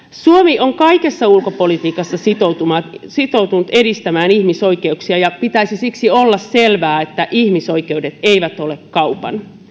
suomi on kaikessa ulkopolitiikassa sitoutunut edistämään ihmisoikeuksia ja pitäisi siksi olla selvää että ihmisoikeudet eivät ole kaupan